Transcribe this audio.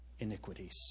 iniquities